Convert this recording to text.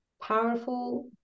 powerful